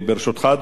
אדוני היושב-ראש,